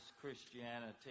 Christianity